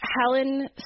Helen